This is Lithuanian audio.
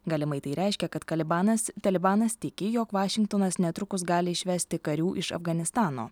galimai tai reiškia kad kalibanas talibanas tiki jog vašingtonas netrukus gali išvesti karių iš afganistano